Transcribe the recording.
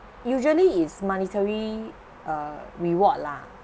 usually it's monetary uh reward lah